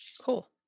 Cool